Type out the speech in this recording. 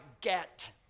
get